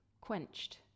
quenched